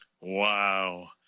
Wow